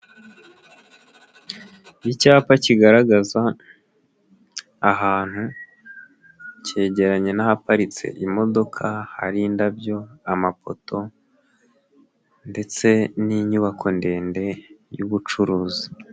Icyapa kigaragaza ahantu kegeranye n'ahaparitse imodoka, hari indabyo, amapoto ndetse n'inyubako ndende y'ubucuruzi.